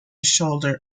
shoulder